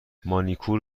مانیکور